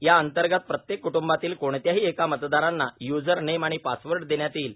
या अंतर्गत प्रत्येक क्टंबातील कोणत्याही एका मतदारांना य्जर नेम आणि पासवर्ड देण्यात येईल